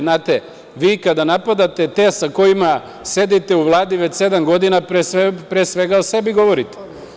Znate, vi kada napadate te sa kojima sedite u Vladi već sedam godina, pre svega o sebi govorite.